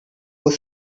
was